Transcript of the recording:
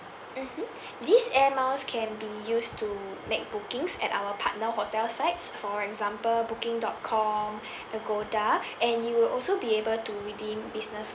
mmhmm these air miles can be used to make bookings at our partner hotel sites for example booking dot com Agoda and you will also be able to redeem business